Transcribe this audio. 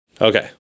Okay